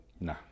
Nah